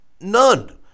none